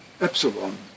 epsilon